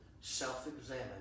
self-examine